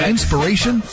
Inspiration